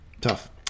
Tough